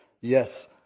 Yes